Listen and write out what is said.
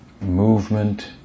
movement